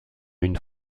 une